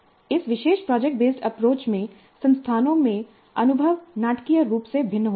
इस विशेष project based approach में संस्थानों में अनुभव नाटकीय रूप से भिन्न होता है